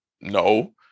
no